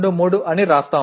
623 అని వ్రాస్తాము